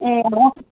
ए हुन्छ